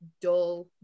dull